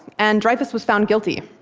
and dreyfus was found guilty.